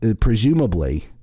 Presumably